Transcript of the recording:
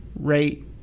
rate